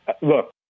look